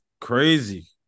crazy